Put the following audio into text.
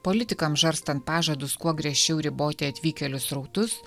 politikams žarstant pažadus kuo griežčiau riboti atvykėlių srautus